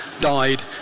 died